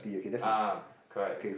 ah correct